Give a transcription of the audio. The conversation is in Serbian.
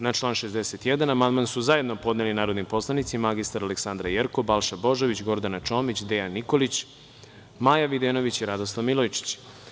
Na član 61. amandman su zajedno podneli narodni poslanici mr Aleksandra Jerkov, Balša Božović, Gordana Čomić, Dejan Nikolić, Maja Videnović i Radoslav Milojičić.